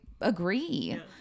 agree